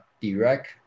direct